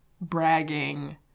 bragging